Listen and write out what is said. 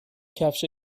کفش